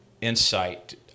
insight